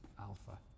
alpha